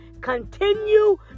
continue